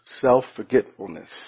self-forgetfulness